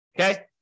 Okay